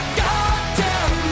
goddamn